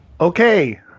Okay